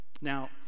now